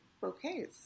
bouquets